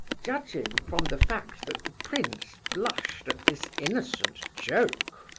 judging from the fact that the prince blushed at this innocent joke,